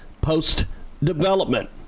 post-development